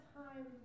time